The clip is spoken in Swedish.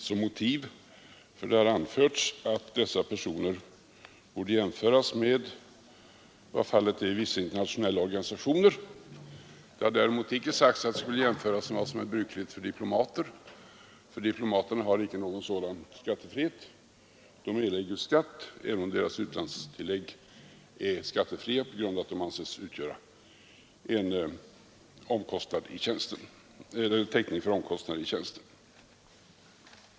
Som motiv för dessa personers förmåner har anförts jämförelser med förhållandena inom vissa internationella organisationer. Det har däremot icke sagts att man skulle jämföra med vad som är brukligt för diplomater, för dessa har icke någon sådan skattefrihet. De erlägger skatt, även om deras utlandstillägg är skattefria på grund av att dessa anses utgöra täckning för omkostnader i tjänsten.